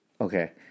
Okay